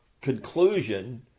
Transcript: conclusion